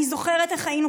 אני זוכרת איך היינו,